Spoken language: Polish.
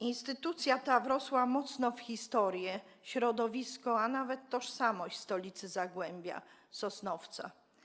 Instytucja ta wrosła mocno w historię, środowisko, a nawet tożsamość stolicy Zagłębia - Sosnowca.